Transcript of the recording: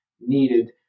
needed